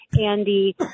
Andy